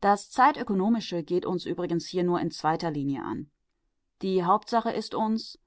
das zeitökonomische geht uns übrigens hier nur in zweiter linie an die hauptsache ist uns